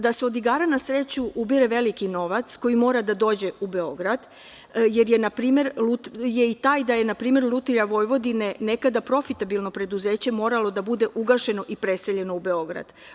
Da se od igara na sreću ubire veliki novac koji mora da dođe u Beograd je i taj da je, na primer, „Lutrija Vojvodine“, nekada profitabilno preduzeće, moralo da bude ugašeno i preseljeno u Beograd.